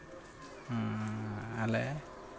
ᱦᱮᱸ ᱟᱞᱮ